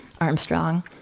Armstrong